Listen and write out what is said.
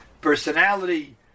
personality